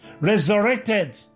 resurrected